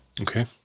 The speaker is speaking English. Okay